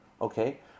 okay